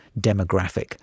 demographic